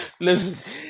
Listen